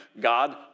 God